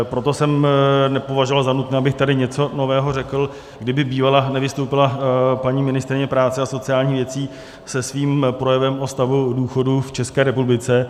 Proto jsem nepovažoval za nutné, abych tady něco nového řekl, kdyby bývala nevystoupila paní ministryně práce a sociálních věcí se svým projevem o stavu důchodů v České republice.